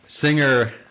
singer